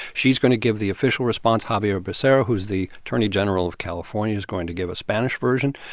she's going to give the official response. ah xavier ah becerra, who is the attorney general of california, is going to give a spanish version.